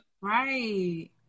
right